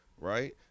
right